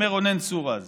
אומר רונן צור אז